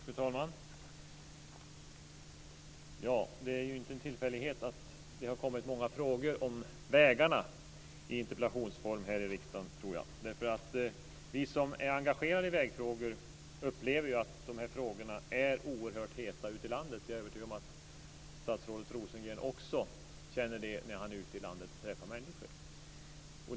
Fru talman! Det är ju inte en tillfällighet att det har kommit många frågor om vägarna i interpellationsform här i riksdagen. Vi som är engagerade i vägfrågor upplever att dessa är oerhört heta ute i landet. Jag är övertygad om att också statsrådet Rosengren känner det när han är ute och träffar människor.